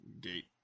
gate